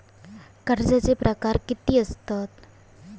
कर्जाचे प्रकार कीती असतत?